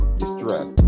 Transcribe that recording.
distress